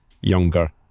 younger